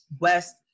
West